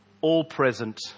all-present